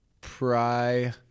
Pry